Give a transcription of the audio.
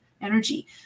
energy